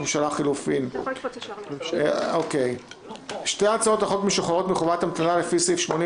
קבוצה א') הן יחלקו את הזמן ביניהן 90% לסיעות שהאמור לא מתקיים בהן